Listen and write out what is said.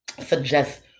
suggest